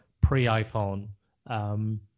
pre-iPhone